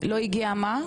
--- לא הגיעה מה?